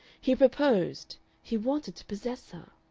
he proposed, he wanted to possess her!